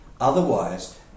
Otherwise